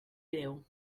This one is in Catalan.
greu